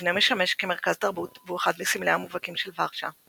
המבנה משמש כמרכז תרבות והוא אחד מסמליה המובהקים של ורשה.